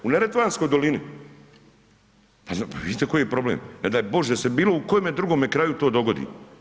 U neretvanskoj dolini, pa vidite koji je problem, ne daj Bože da se u bilo kojemu drugome kraju to dogodi.